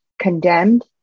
Condemned